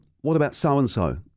what-about-so-and-so